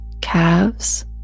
calves